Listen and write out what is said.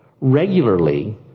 regularly